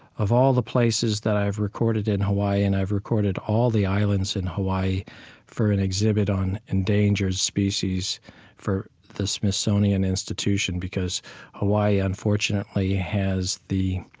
of all the places that i've recorded in hawaii, and i've recorded all the islands in hawaii for an exhibit on endangered species for the smithsonian institution because hawaii, unfortunately, has the